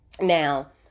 Now